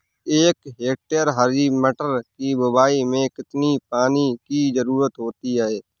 एक हेक्टेयर हरी मटर की बुवाई में कितनी पानी की ज़रुरत होती है?